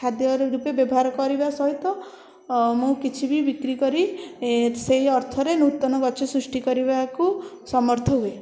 ଖାଦ୍ୟର ରୂପେ ବ୍ୟବହାର କରିବା ସହିତ ମୁଁ କିଛି ବି ବିକ୍ରି କରି ସେହି ଅର୍ଥରେ ନୂତନ ଗଛ ସୃଷ୍ଟି କରିବାକୁ ସମର୍ଥ ହୁଏ